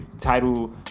title